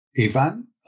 Ivan